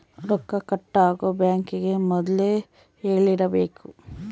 ರೊಕ್ಕ ಕಟ್ ಆಗೋ ಬ್ಯಾಂಕ್ ಗೇ ಮೊದ್ಲೇ ಹೇಳಿರಬೇಕು